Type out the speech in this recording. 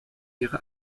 ihre